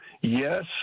yes